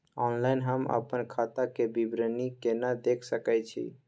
Online हम अपन खाता के विवरणी केना देख सकै छी?